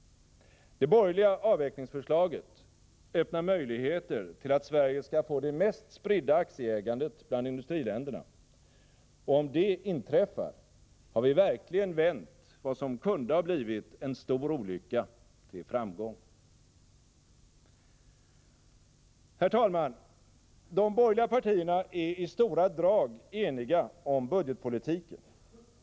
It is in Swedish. Det borgerliga avvecklingsförslaget öppnar möjligheter till att Sverige skall få det mest spridda aktieägandet bland industriländerna. Och om det inträffar, har vi verkligen vänt vad som kunde ha blivit en stor olycka till framgång. Herr talman! De borgerliga partierna är i stora drag eniga om budgetpolitiken.